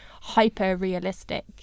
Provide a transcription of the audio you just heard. hyper-realistic